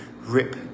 rip